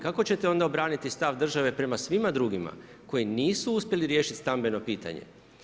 Kako ćete onda obraniti stav države prema svima drugima koji nisu uspjeli riješiti stambeno pitanje?